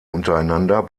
untereinander